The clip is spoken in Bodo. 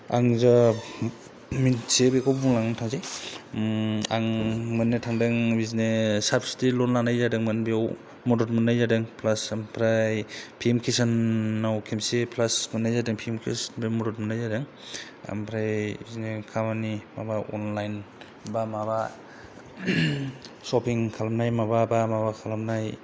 आं जा मिन्थियो बेखौ बुंलांना थांसै आं मोननो थांदों बिदिनो साबसिडि लन लानाय जादोंमोन बेयाव मदद मोननाय जादों प्लास ओमफ्राय पि एम किशानाव खेनसे प्लास मोननाय जादों पि एम किशाननिफ्राय मदद मोननाय जादों ओमफ्राय बिदिनो खामानि माबा अनलाइन बा माबा शपिं खालामनाय माबा बा माबा खालामनाय